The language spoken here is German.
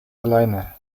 alleine